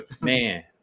man